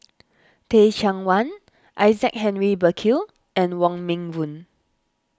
Teh Cheang Wan Isaac Henry Burkill and Wong Meng Voon